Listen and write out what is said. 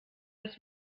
das